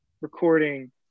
recording